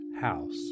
house